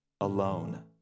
alone